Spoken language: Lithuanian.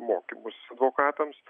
mokymus advokatams